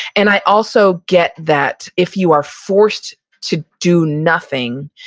and i also get that if you are forced to do nothing,